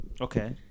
Okay